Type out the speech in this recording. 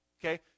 Okay